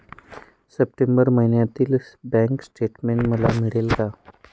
September महिन्यातील bank statement मला मिळेल का?